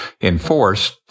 enforced